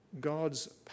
God's